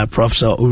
Professor